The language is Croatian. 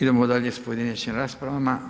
Idemo dalje s pojedinačnim raspravama.